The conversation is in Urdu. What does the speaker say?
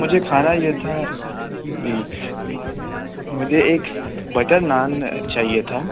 مجھے کھانا یہ تھا جی مجھے ایک بٹر نان چاہیے تھا